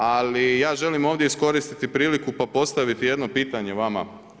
Ali ja želim ovdje iskoristiti priliku pa postaviti jedno pitanje vama.